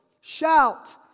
shout